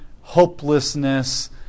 hopelessness